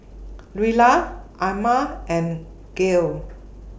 Luella Amma and Gayle